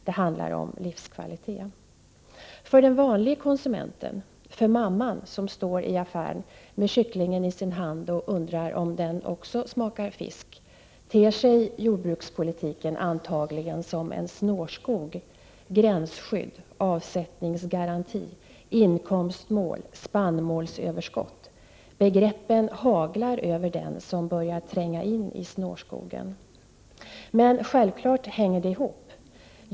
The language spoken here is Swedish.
Det handlar om livskvalitet. För den vanliga konsumenten — t.ex. för mamman som står i affären med en kyckling i sin hand och undrar om kycklingen också smakar fisk — ter sig jordbrukspolitiken antagligen som en snårskog: gränsskydd, avsättningsgaranti, inkomstmål och spannmålsöverskott. Begreppen haglar över dem som börjar tränga in i snårskogen. Men självfallet hänger allt detta ihop.